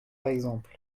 exemple